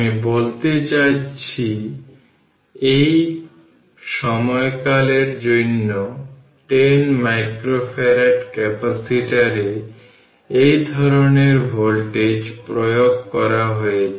আমি বলতে চাছি এই সময়কালের জন্য 10 মাইক্রোফ্যারাড ক্যাপাসিটরে এই ধরনের ভোল্টেজ প্রয়োগ করা হয়েছে